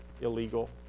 illegal